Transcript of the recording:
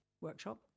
workshop